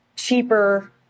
cheaper